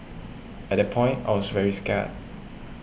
at that point I was very scared